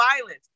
violence